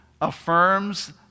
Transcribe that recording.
affirms